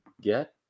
get